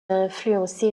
influencé